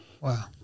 Wow